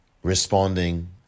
Responding